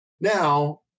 now